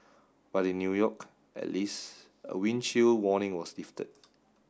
but in New York at least a wind chill warning was lifted